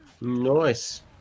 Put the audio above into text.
Nice